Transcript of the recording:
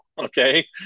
Okay